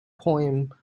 poem